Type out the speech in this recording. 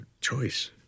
choice